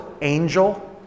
angel